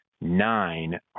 nine